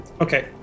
Okay